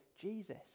Jesus